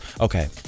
Okay